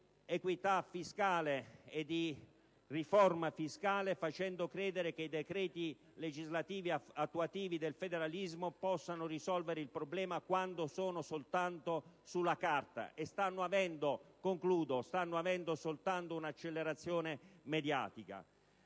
equità fiscale e di riforma fiscale, facendo credere che i decreti legislativi attuativi del federalismo possano risolvere il problema, quando sono soltanto sulla carta e stanno avendo un'accelerazione solo mediatica;